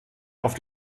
auf